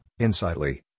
Insightly